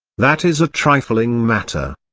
that is a trifling matter.